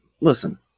listen